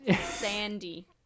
Sandy